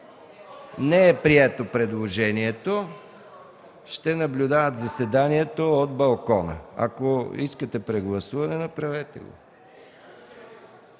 не е прието. Ще наблюдават заседанието от балкона. Ако искате прегласуване, направете